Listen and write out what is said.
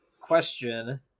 question